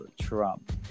Trump